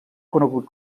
conegut